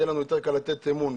יהיה לנו יותר קל לתת בה אמון.